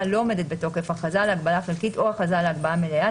לא עומדת בתוקף הכרזה על הגבלה חלקית או הכרזה על הגבלה מלאה,